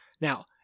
now